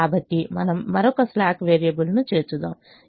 కాబట్టి మనము మరొక స్లాక్ వేరియబుల్ను చేర్చుదాం ఇది3X1 X2 u2 11